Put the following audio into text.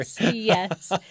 yes